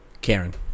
Karen